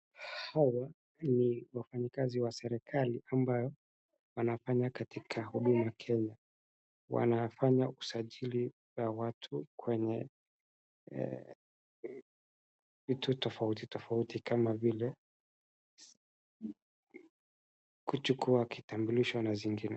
Hawa ni wafanyikazi wa serikali ama wanafanya katika Huduma Kenya. Wanafanya usajili ya watu kwenye vitu tofauti tofauti kama vile, kuchukua kitambulisho na zingine.